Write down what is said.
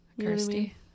Kirsty